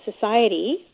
society